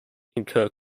incur